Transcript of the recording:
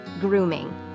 grooming